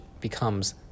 becomes